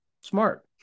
Smart